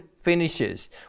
finishes